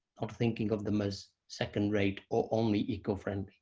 not thinking of them as second rate or only eco-friendly.